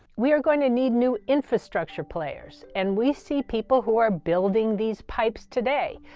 we are going to need new infrastructure players and we see people who are building these pipes today.